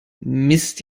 mist